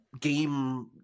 game